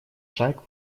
шаг